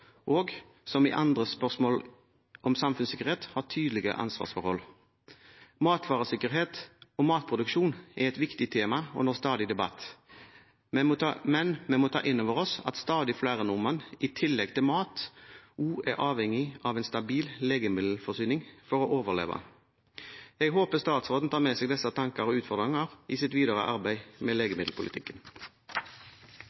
og, som i andre spørsmål om samfunnssikkerhet, ha tydelige ansvarsforhold. Matvaresikkerhet og matproduksjon er et viktig tema under stadig debatt, men vi må ta inn over oss at stadig flere nordmenn i tillegg til mat også er avhengig av en stabil legemiddelforsyning for å overleve. Jeg håper statsråden tar med seg disse tanker og utfordringer i sitt videre arbeid med